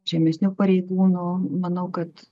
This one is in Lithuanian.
žemesnių pareigūnų manau kad